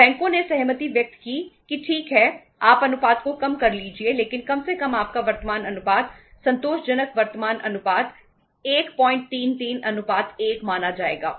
तो बैंकों ने सहमति व्यक्त की कि ठीक है आप अनुपात को कम कर लीजिए लेकिन कम से कम आपका वर्तमान अनुपात संतोषजनक वर्तमान अनुपात 133 1 माना जाएगा